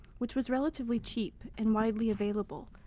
which was relatively cheap and widely available,